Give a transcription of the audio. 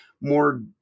more